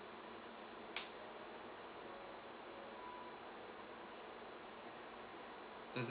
mmhmm